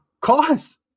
cause